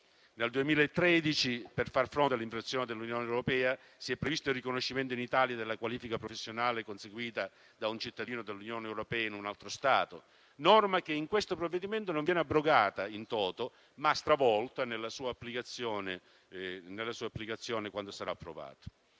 Nel 2013, per far fronte alla proceduta di infrazione dell'Unione europea, si è previsto il riconoscimento in Italia della qualifica professionale conseguita da un cittadino dell'Unione europea in un altro Stato, norma che in questo provvedimento non viene abrogata *in toto*, ma stravolta nella sua applicazione quando il